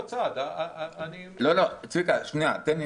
אני שמתי בצד,